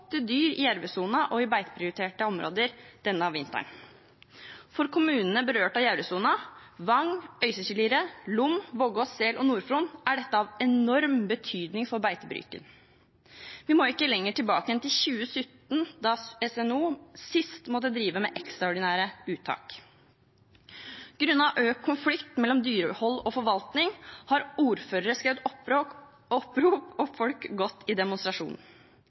dyr i jervesonen og i beiteprioriterte områder denne vinteren. For kommunene berørt av jervesonen – Vang, Øystre Slidre, Lom, Vågå, Sel og Nord-Fron – er dette av enorm betydning for beitebruken. Vi må ikke lenger tilbake enn til 2017 da SNO sist måtte drive med ekstraordinære uttak. Grunnet økt konflikt mellom dyrehold og forvaltning har ordførere skrevet opprop og folk gått i